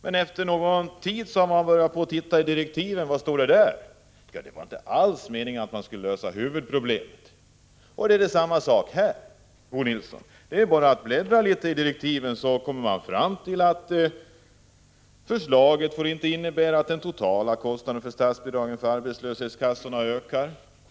Men efter någon tid har man sett efter vad som står i direktiven. Då har man funnit att det inte alls var meningen att huvudproblemen skulle lösas. Det är samma sak här, Bo Nilsson. Bläddrar man litet i direktiven så finner man att de förslag utredningen kan komma fram till inte får innebära att den totala kostnaden för statsbidragen till arbetslöshetskassorna ökar.